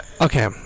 okay